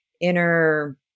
inner